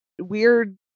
weird